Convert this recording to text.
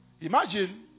Imagine